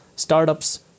startups